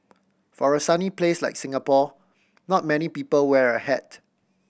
for a sunny place like Singapore not many people wear a hat